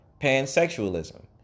pansexualism